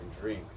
dream